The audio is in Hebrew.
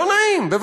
לא נעים.